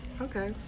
okay